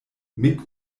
mick